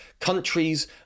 Countries